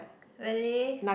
really